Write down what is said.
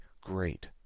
great